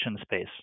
space